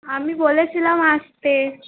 আমি বলেছিলাম আসতে